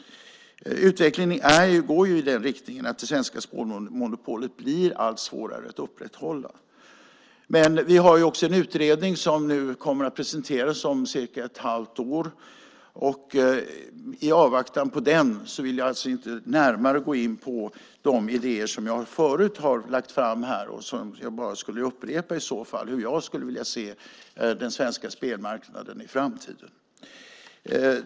Utvecklingen går i den riktningen att det svenska spelmonopolet blir allt svårare att upprätthålla. Vi har en utredning som kommer att presenteras om cirka ett halvt år. I avvaktan på den vill jag inte närmare gå in på de idéer som jag förut har lagt fram här och som jag i så fall bara skulle upprepa om hur jag skulle vilja se den svenska spelmarknaden i framtiden.